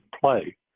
play